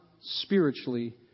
spiritually